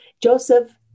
Joseph